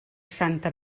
santa